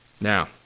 Now